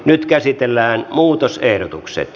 nyt käsitellään muutosehdotukset